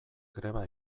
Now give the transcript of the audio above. greba